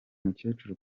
mukecuru